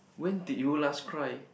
when did you last cry